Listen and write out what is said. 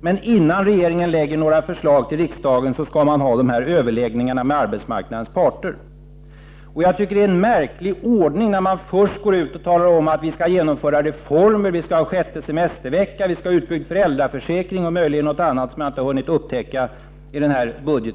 men innan regeringen lägger fram några förslag till riksdagen skall man ha dessa överläggningar med arbetsmarknadens parter. Det är en märklig ordning, när man först går ut och talar om att reformer skall genomföras, att den sjätte semesterveckan skall införas, att föräldraförsäkringen skall byggas ut och möjligen något annat, som jag ännu inte har hunnit upptäcka i denna budget.